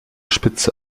spitze